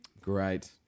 Great